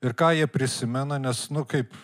ir ką jie prisimena nes nu kaip